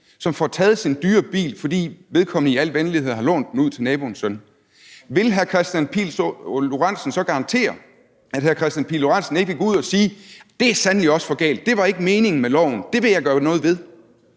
får taget sin dyre bil, fordi vedkommende i al venlighed har lånt den ud til naboens søn, så vil garantere, at hr. Kristian Pihl Lorentzen ikke vil gå ud og sige, at det sandelig også er for galt, at det ikke var meningen med loven, og at det vil han gøre noget ved?